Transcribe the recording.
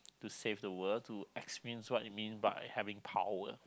to save the world to experience what it mean by having power